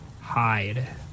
hide